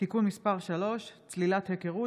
(תיקון מס' 3) (צלילת היכרות),